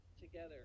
together